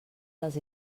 dels